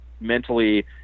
mentally